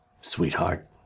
sweetheart